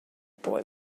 boy